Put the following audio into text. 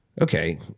okay